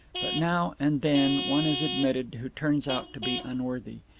but now and then one is admitted who turns out to be unworthy.